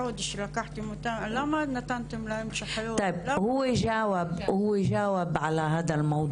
למה נתתם להם --- אני רוצה לסכם את הדיון הזה,